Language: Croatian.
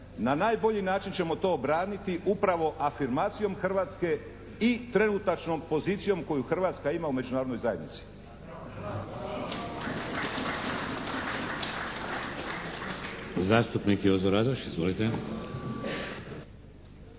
Na najbolji način ćemo to obraniti upravo afirmacijom Hrvatske i trenutačnom pozicijom koju Hrvatska ima u međunarodnoj zajednici.